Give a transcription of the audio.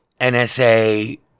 NSA